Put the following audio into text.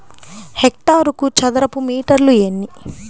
హెక్టారుకు చదరపు మీటర్లు ఎన్ని?